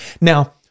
Now